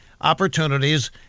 opportunities